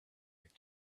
like